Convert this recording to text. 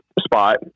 spot